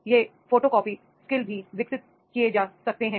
ये photocopy skills भी विकसित किए जा सकते हैं